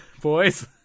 boys